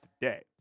today